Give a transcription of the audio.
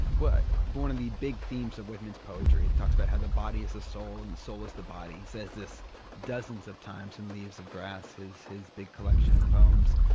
but born in the big themes of whitman's poetry, it talks about how the body is the soul and the soul is the body, he says this dozens of times in leaves of grass, his his big collection of poems.